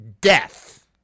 Death